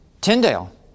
Tyndale